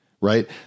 right